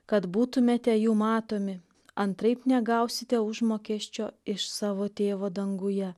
kad būtumėte jų matomi antraip negausite užmokesčio iš savo tėvo danguje